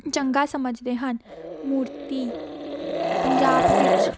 ਚੰਗਾ ਸਮਝਦੇ ਹਨ ਮੂਰਤੀ ਪੰਜਾਬ ਵਿੱਚ